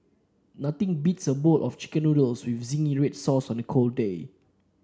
nothing beats a bowl of chicken noodles with zingy red sauce on a cold day